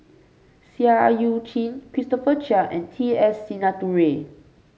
Seah Eu Chin Christopher Chia and T S Sinnathuray